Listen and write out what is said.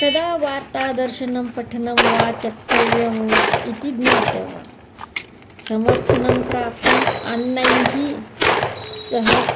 कदा वार्तादर्शनं पठनं वा त्यक्तव्यम् इति ज्ञात्वा समर्थनं प्राप्तुम् अन्यैः सह